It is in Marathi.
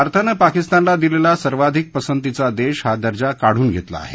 भारतानं पाकिस्तानला दिलेला सर्वाधिक पसंतीचा देश हा दर्जा काढून घेतला आहे